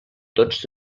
tots